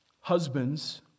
Husbands